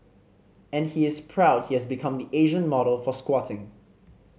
and he is proud he has become the Asian model for squatting